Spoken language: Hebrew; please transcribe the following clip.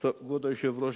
כבוד היושב-ראש,